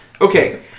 Okay